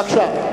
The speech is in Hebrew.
בבקשה.